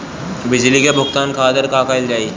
बिजली के भुगतान खातिर का कइल जाइ?